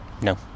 No